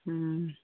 ᱦᱩᱸ